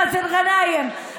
מאזן גנאים,